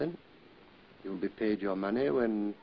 then you'll be paid your money